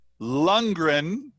Lundgren